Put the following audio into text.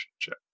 check